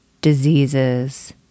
diseases